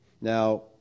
Now